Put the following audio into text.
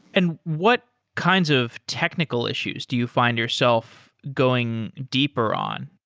and what kinds of technical issues do you find yourself going deeper on?